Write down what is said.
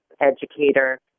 educator